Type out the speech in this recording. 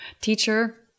teacher